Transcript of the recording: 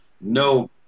No